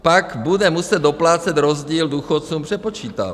Pak bude muset doplácet, rozdíl důchodcům přepočítávat.